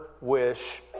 wish